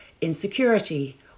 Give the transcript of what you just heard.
insecurity